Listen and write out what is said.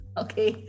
okay